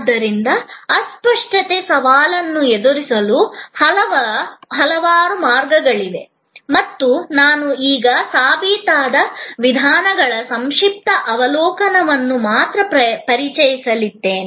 ಆದ್ದರಿಂದ ಅಸ್ಪಷ್ಟತೆಯ ಸವಾಲನ್ನು ಎದುರಿಸಲು ಹಲವಾರು ಮಾರ್ಗಗಳಿವೆ ಮತ್ತು ನಾನು ಈಗ ಆ ಸಾಬೀತಾದ ವಿಧಾನಗಳ ಸಂಕ್ಷಿಪ್ತ ಅವಲೋಕನವನ್ನು ಮಾತ್ರ ಪರಿಚಯಿಸಲಿದ್ದೇನೆ